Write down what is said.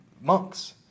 monks